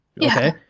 okay